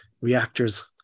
reactors